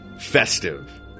festive